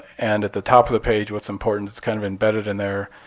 and at the top of the page what's important is kind of embedded in there.